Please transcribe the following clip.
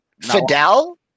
Fidel